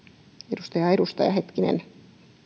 edustaja edustaja